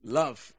love